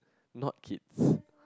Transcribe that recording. not kids